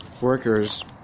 workers